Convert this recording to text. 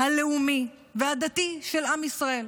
הלאומי והדתי של עם ישראל.